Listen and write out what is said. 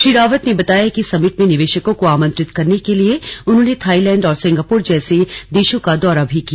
श्री रावत ने बताया कि समिट में निवेशकों को आमंत्रित करने के लिए उन्होंने थाईलैंड और सिंगापुर जैसे देशों का दौरा भी किया